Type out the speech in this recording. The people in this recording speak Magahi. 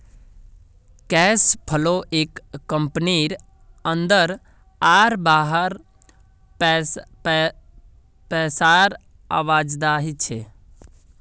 कैश फ्लो एक कंपनीर अंदर आर बाहर पैसार आवाजाही छे